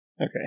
Okay